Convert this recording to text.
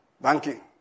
banking